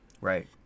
Right